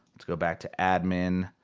let's go back to admin.